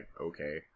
okay